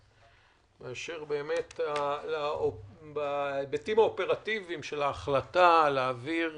באשר להיבטים האופרטיביים של ההחלטה להעביר